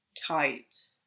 tight